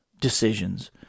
decisions